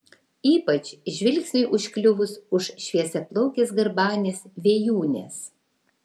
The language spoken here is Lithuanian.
ypač žvilgsniui užkliuvus už šviesiaplaukės garbanės vėjūnės